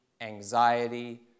anxiety